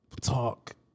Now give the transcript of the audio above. talk